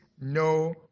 no